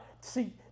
see